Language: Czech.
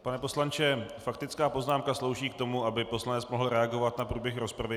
Pane poslanče, faktická poznámka slouží k tomu, aby poslanec mohl reagovat na průběh rozpravy.